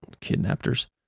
Kidnappers